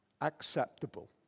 acceptable